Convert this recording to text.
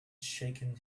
shaken